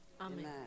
Amen